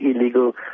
illegal